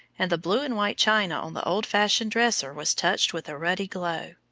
and the blue and white china on the old-fashioned dresser was touched with a ruddy glow.